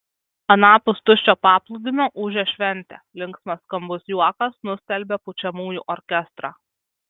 anapus tuščio paplūdimio ūžė šventė linksmas skambus juokas nustelbė pučiamųjų orkestrą